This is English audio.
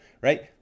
Right